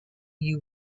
you